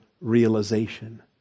realization